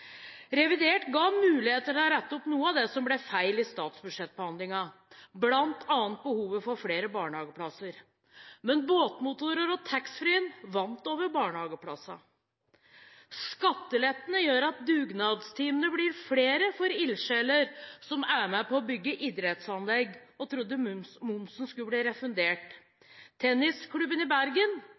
Revidert ga muligheter til å rette opp noe av det som ble feil i statsbudsjettsbehandlingen, bl.a. behovet for flere barnehageplasser, men båtmotorer og taxfree vant over barnehageplassene. Skattelettene gjør at dugnadstimene blir flere for ildsjeler som er med på å bygge idrettsanlegg og trodde momsen skulle bli refundert. Tennisklubben i Bergen